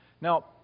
Now